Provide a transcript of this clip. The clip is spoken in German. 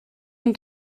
und